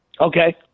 Okay